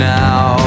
now